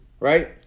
Right